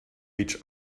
each